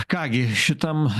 ką gi šitam